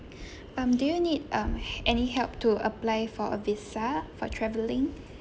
um do you need um any help to apply for a visa for travelling